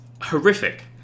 horrific